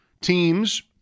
teams